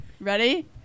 Ready